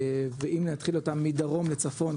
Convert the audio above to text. ואם נתחיל אותם מדרום לצפון,